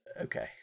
Okay